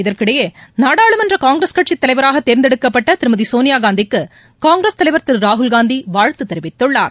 இதற்கிடையே நாடாளுமன்ற காங்கிரஸ் கட்சித் தலைவராக தேர்ந்தெடுக்கப்பட்ட திருமதி சோனியாகாந்திக்கு காங்கிரஸ் தலைவர் திரு ராகுல்காந்தி வாழ்த்து தெிவித்துள்ளார்